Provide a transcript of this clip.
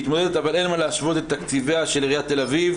אבל אין מה להשוות את תקציביה של עירית תל אביב